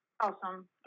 Awesome